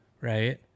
right